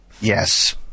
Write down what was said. Yes